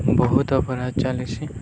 ବହୁତ ଅପରାଧ ଚାଲିଛି